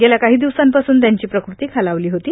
गेल्या काही दिवसांपासून त्यांची प्रकृती खालावली होती